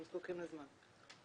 הם זקוקים לזמן.